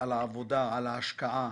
על העבודה, על ההשקעה,